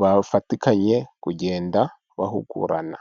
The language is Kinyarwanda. bafatikanye kugenda bahugurana.